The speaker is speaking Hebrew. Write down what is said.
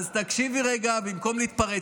אז תקשיבי רגע במקום להתפרץ.